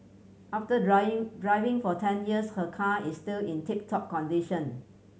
after driving for ten years her car is still in tip top condition